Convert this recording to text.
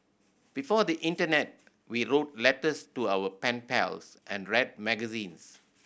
before the Internet we wrote letters to our pen pals and read magazines